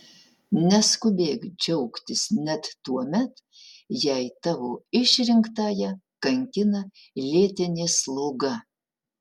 neskubėk džiaugtis net tuomet jei tavo išrinktąją kankina lėtinė sloga